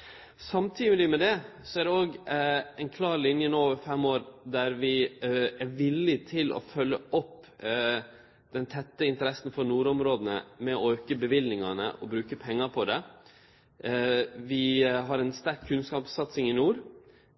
eg kunne òg ha nemnt andre. Samtidig er det no òg ei klar linje over fem år der vi er villige til å følgje opp dei tette interessene for nordområda med å auke løyvingane og bruke pengar på dei. Vi har ei sterk kunnskapssatsing i nord.